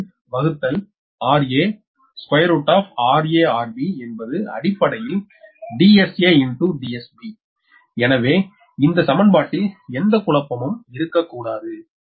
15 வகுத்தல் rA√𝑟𝐴∗𝑟𝐵 என்பது அடிப்படையில் DSA DSB எனவே இந்த சமன்பாட்டில் எந்த குழப்பமும் இருக்க கூடாது